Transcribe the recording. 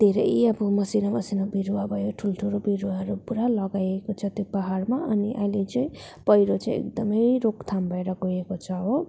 धेरै अब मसिना मसिना बिरुवा भयो ठुल्ठुलो बिरुवाहरू पुरा लगाएको छ त्यो पहाडमा अनि अहिले चाहिँ पहिरो चाहिँ एकदमै रोकथाम भएर गएको छ हो